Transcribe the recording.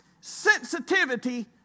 sensitivity